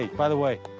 by the way,